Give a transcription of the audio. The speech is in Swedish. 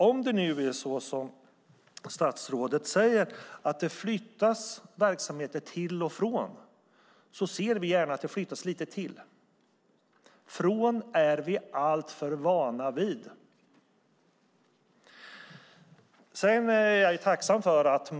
Om det nu är så som statsrådet säger, att det flyttas verksamheter både till och från, ser vi gärna att det flyttas lite till oss. Från oss är vi allt för vana vid. Jag är tacksam för att